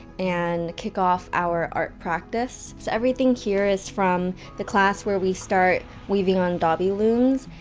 and kick off our art practice. so everything here is from the class where we start weaving on dobby looms.